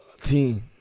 Team